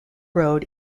road